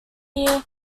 year